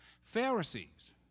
Pharisees